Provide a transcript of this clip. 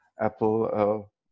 Apple